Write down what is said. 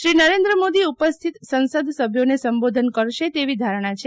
શ્રી નરેન્દ્ર મોદી ઉપસ્થિત સંસદસભ્યોને સંબોધન કરશે તેવી ધારણા છે